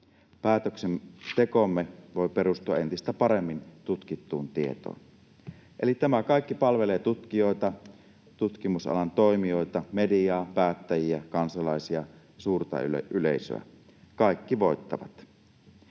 Päätöksentekomme voi perustua entistä paremmin tutkittuun tietoon. Eli tämä kaikki palvelee tutkijoita, tutkimusalan toimijoita, mediaa, päättäjiä, kansalaisia, suurta yleisöä — kaikki voittavat.